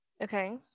Okay